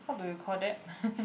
how do you call that